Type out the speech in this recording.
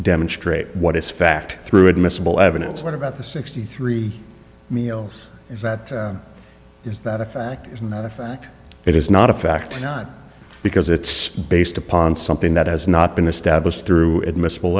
demonstrate what is fact through admissible evidence what about the sixty three meals and that is that a fact is not a fact it is not a fact not because it's based upon something that has not been established through admissible